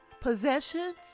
possessions